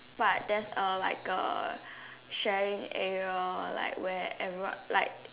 but there's a like a sharing area like where everyone like